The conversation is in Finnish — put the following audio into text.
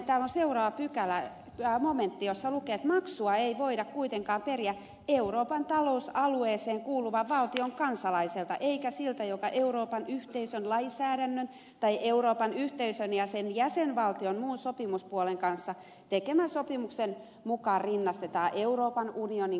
täällä on myös seuraava momentti jossa lukee että maksua ei voida kuitenkaan periä euroopan talousalueeseen kuuluvan valtion kansalaiselta eikä siltä joka euroopan yhteisön lainsäädännön tai euroopan yhteisön ja sen jäsenvaltion muun sopimuspuolen kanssa tekemän sopimuksen mukaan rinnastetaan euroopan unionin kansalaiseen